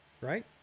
Right